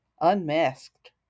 Unmasked